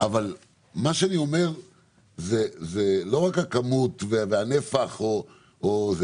מה שאני אומר זה לא רק לגבי הכמות והנפח וכולי,